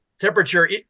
temperature